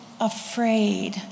afraid